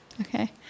Okay